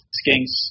skinks